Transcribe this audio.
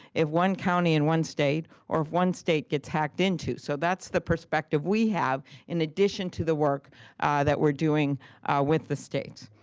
if one county in one state or if one state gets hacked into. so that's the perspective we have in addition to the work that we're doing with the states.